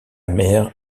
mère